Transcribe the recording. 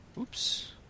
oops